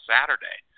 Saturday